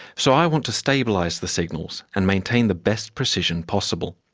so i want to stabilise the signals and maintain the best precision possible.